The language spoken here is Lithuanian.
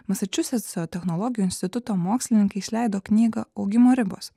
masačusetso technologijų instituto mokslininkai išleido knygą augimo ribos